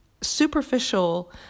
superficial